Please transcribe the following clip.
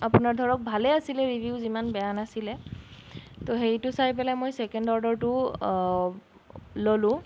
আপোনাৰ ধৰক ভালেই আছিলে ৰিভিউজ ইমান বেয়া নাছিলে ত' সেইটো চাই পেলাই মই ছেকেণ্ড অৰ্ডাৰটোও ল'লোঁ